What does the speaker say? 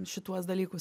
šituos dalykus